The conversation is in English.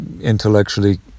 intellectually